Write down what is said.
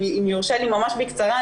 אם יורשה לי ממש בקצרה,